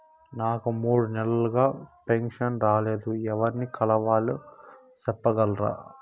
నాకు మూడు నెలలుగా పెన్షన్ రాలేదు ఎవర్ని కలవాలి సెప్పగలరా?